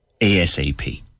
ASAP